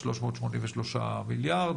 383 מיליארד,